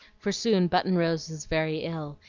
for soon button-rose was very ill,